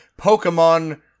pokemon